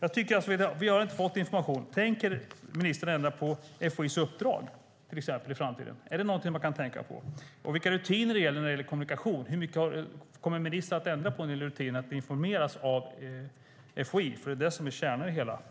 Vi har inte fått någon information. Tänker ministern till exempel ändra på FOI:s uppdrag i framtiden? Är det något han kan tänka sig? Och vilka rutiner gäller för kommunikation? Kommer ministern att ändra på en del rutiner, så att vi informeras av FOI? Det är det som kärnan i det hela.